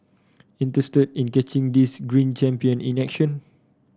interested in catching these green champion in action